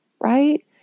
right